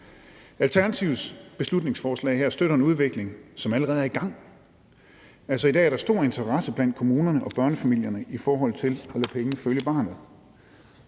Alternativets beslutningsforslag her støtter en udvikling, som allerede er i gang. I dag er der stor interesse blandt kommunerne og børnefamilierne i forhold til at lade pengene følge barnet.